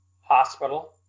Hospital